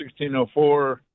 1604